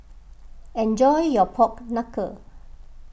enjoy your Pork Knuckle